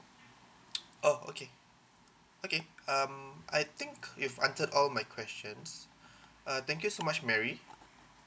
oh okay okay um I think you answered all my questions uh thank you so much mary